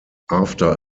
after